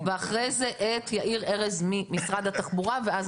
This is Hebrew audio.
אחרי זה את יאיר ארז ממשרד התחבורה ואז